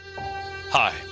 Hi